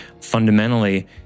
fundamentally